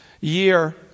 year